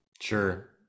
Sure